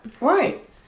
Right